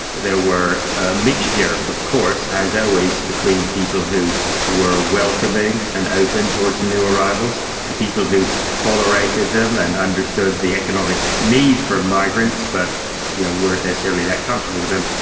there were a mixture of course, as always, between people who were welcoming and open towards the new arrivals, to people who tolerated them and understood the economic need for migrants but yeah weren't necessarily that comfortable with them,